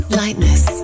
lightness